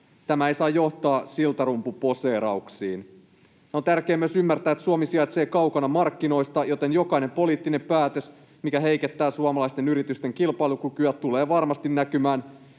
Tämä ei saa johtaa siltarumpuposeerauksiin. On tärkeää myös ymmärtää, että Suomi sijaitsee kaukana markkinoista, joten jokainen poliittinen päätös, mikä heikentää suomalaisten yritysten kilpailukykyä, tulee varmasti näkymään